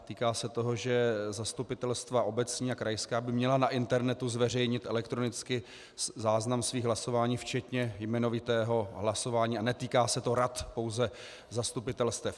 Týká se toho, že zastupitelstva obecní a krajská by měla na internetu zveřejnit elektronicky záznam svých hlasování, včetně jmenovitého hlasování, a netýká se to rad, pouze zastupitelstev.